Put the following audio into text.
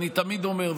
אני תמיד אומר,